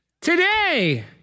today